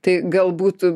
tai galbūt